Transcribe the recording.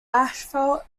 asphalt